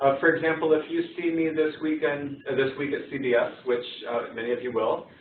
for example, if you see me this week and and this week at cbs, which many of you will,